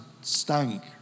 stank